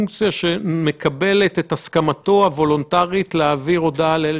אני מסכימה שזה קצת מצחיק לכתוב בכותרת לשון יחיד,